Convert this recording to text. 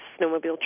snowmobile